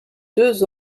deux